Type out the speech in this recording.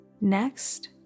next